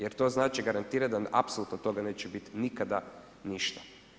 Jer to znači garantira, da apsolutno od toga neće biti nikada ništa.